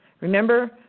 Remember